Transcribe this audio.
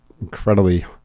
incredibly